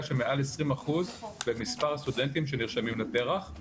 של מעל 20% במספר הסטודנטים שנרשמים לפר"ח,